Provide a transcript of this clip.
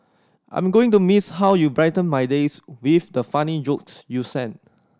I'm going to miss how you brighten my days with the funny jokes you sent